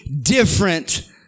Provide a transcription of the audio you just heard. different